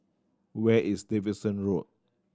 where is Davidson Road